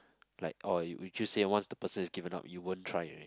like orh you would you say once the person is given up you won't try already